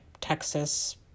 Texas